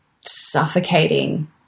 suffocating